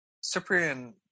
cyprian